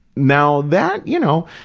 now, that, you know,